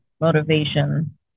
motivation